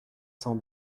cent